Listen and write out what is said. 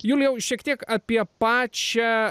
julijau šiek tiek apie pačią